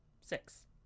six